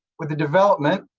with the development